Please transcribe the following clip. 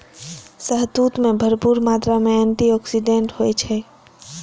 शहतूत मे भरपूर मात्रा मे एंटी आक्सीडेंट होइ छै